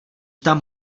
tam